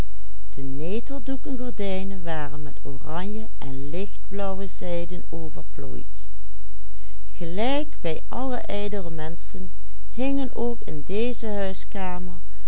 hingen ook in deze huiskamer